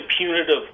punitive